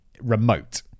remote